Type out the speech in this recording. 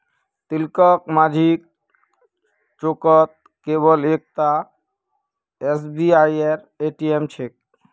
तिलकमाझी चौकत केवल एकता एसबीआईर ए.टी.एम छेक